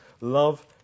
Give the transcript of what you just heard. love